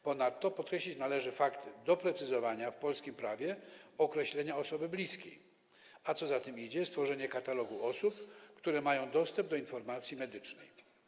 Ponadto podkreślić należy fakt doprecyzowania w polskim prawie określenia osoby bliskiej, a co za tym idzie, stworzenie katalogu osób, które mają dostęp do informacji medycznej.